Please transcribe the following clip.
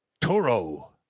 Toro